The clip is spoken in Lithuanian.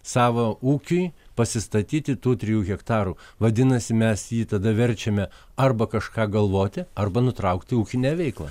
savo ūkiui pasistatyti tų trijų hektarų vadinasi mes jį tada verčiame arba kažką galvoti arba nutraukti ūkinę veiklą